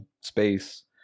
space